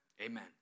amen